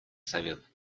совет